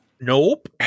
Nope